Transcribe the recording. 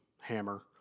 hammer